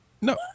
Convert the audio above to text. No